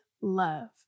love